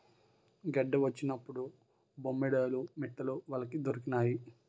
గెడ్డ వచ్చినప్పుడు బొమ్మేడాలు మిట్టలు వలకి దొరికినాయి